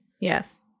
Yes